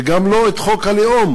וגם לא את חוק הלאום,